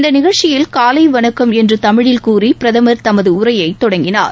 இந்த நிகழ்ச்சியில் காலை வணக்கம் என்று தமிழில் கூறி பிரதமர் தமது உரையை தொடங்கினார்